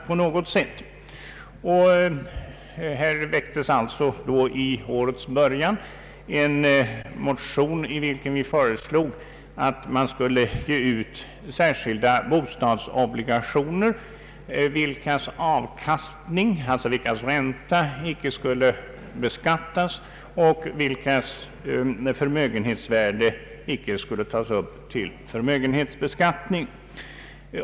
Vid årets början väcktes en motion i vilken vi föreslog att särskilda bostadsobligationer skulle ges ut, vilkas avkastning — alltså ränta — icke skulle beskattas och vilkas förmögenhetsvärde icke skulle tas upp till förmögenhetsbeskattning.